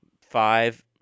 five